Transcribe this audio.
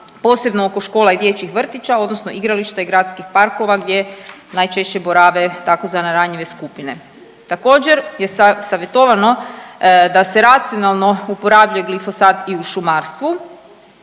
posebno oko škola i dječjih vrtića odnosno igrališta i gradskih parkova gdje najčešće borave tzv. ranjive skupine. Također je savjetovano da se racionalno uporabljuje glifosat i u šumarstvu.